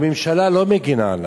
הממשלה לא מגינה עליו.